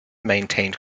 maintained